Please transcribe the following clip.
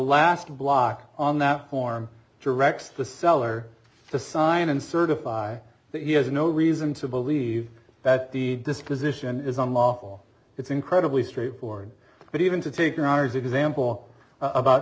last block on that form directs the seller to sign and certify that he has no reason to believe that the disposition is unlawful it's incredibly straightforward but even to figure ours example about